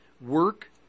work